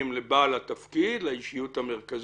ולא יכול להיות שבגוף יהיו 100 אנשים